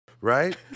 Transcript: right